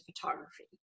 photography